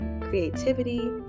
creativity